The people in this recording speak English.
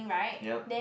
ya